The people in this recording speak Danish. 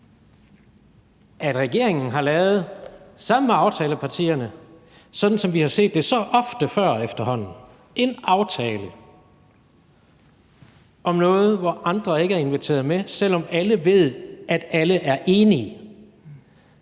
at regeringen sammen med aftalepartierne, sådan som vi efterhånden har set det så ofte, har lavet en aftale om noget, som andre ikke er inviteret med til, selv om alle ved, at alle er enige.